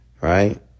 right